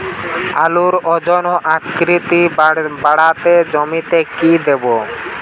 আলুর ওজন ও আকৃতি বাড়াতে জমিতে কি দেবো?